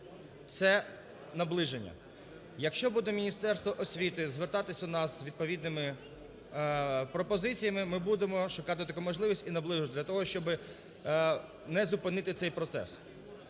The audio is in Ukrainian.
це наближення. Якщо буде Міністерство освіти звертатися до нас із відповідними пропозиціями, ми будемо шукати таку можливість і наближувати для того, щоби не зупинити цей процес.